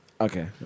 Okay